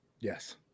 Yes